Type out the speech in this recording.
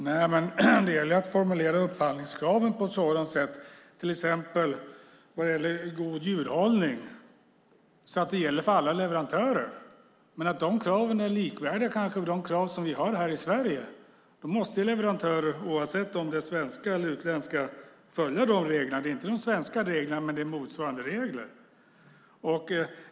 Fru talman! Det gäller att formulera upphandlingskraven på sådant sätt, till exempel i fråga om god djurhållning, att de gäller för alla leverantörer. Men de kraven kan ju vara likvärdiga med dem som vi har i Sverige. Då måste leverantörer, oavsett om det är svenska eller utländska, följa de reglerna. Då är det inte de svenska reglerna, men det är motsvarande regler.